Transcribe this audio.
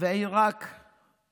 עיראק לא תגיד, אה?